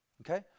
okay